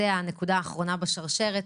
זו הנקודה האחרונה בשרשרת,